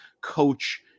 coach